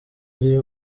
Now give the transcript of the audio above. ari